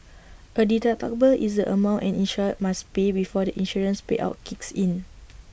A deductible is the amount an insured must pay before the insurance payout kicks in